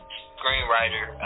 screenwriter